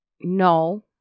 no